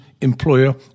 employer